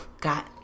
got